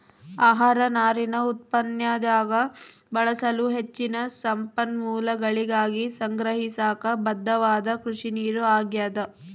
ಆಹಾರ ನಾರಿನ ಉತ್ಪಾದನ್ಯಾಗ ಬಳಸಲು ಹೆಚ್ಚಿನ ಸಂಪನ್ಮೂಲಗಳಿಗಾಗಿ ಸಂಗ್ರಹಿಸಾಕ ಬದ್ಧವಾದ ಕೃಷಿನೀರು ಆಗ್ಯಾದ